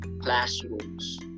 classrooms